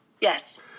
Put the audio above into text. Yes